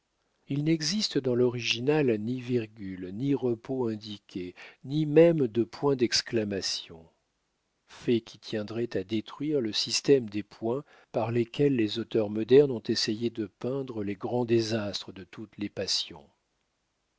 il n'existe dans l'original ni virgules ni repos indiqué ni même de points d'exclamation fait qui tiendrait à détruire le système des points par lesquels les auteurs modernes ont essayé de peindre les grands désastres de toutes les passions